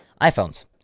iPhones